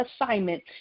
assignment